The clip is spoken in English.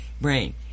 brain